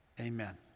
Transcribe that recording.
amen